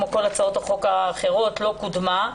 כמו כל הצעות החוק האחרות לא קודמה.